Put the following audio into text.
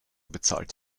bezahlt